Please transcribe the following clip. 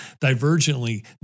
divergently